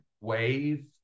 wave